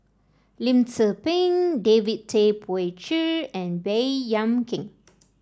Lim Tze Peng David Tay Poey Cher and Baey Yam Keng